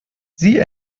sie